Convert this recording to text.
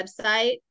website